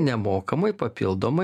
nemokamai papildomai